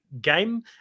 game